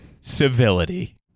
civility